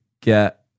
get